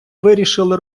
вирішили